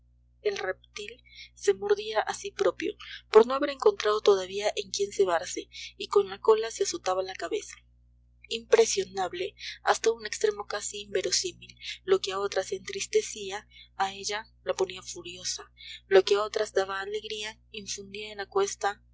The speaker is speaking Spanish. el reptil se mordía a sí propio por no haber encontrado todavía en quien cebarse y con la cola se azotaba la cabeza impresionable hasta un extremo casi inverosímil lo que a otras entristecía a ella la ponía furiosa lo que a otras daba alegría infundía en aquesta